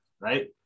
right